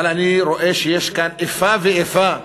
אבל אני רואה שיש פה איפה ואיפה,